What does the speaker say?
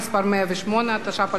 התשע"ב 2012,